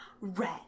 Red